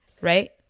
right